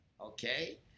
Okay